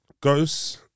Ghosts